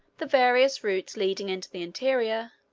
the various routes leading into the interior,